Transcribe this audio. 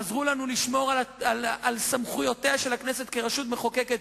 עזרו לנו לשמור על סמכויותיה של הכנסת כרשות המחוקקת,